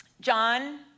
John